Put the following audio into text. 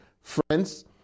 Friends